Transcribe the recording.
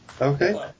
Okay